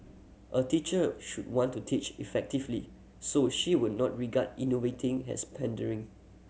a teacher should want to teach effectively so she would not regard innovating has pandering